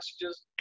messages